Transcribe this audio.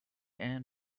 and